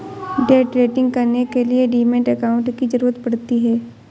day trading करने के लिए डीमैट अकांउट की जरूरत पड़ती है